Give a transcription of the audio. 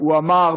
הוא אמר,